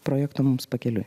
projekto mums pakeliui